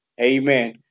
Amen